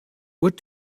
what